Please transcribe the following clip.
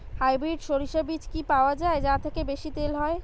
Hybrid শরিষা বীজ কি পাওয়া য়ায় যা থেকে বেশি তেল হয়?